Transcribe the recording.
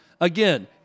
Again